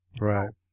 Right